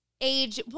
age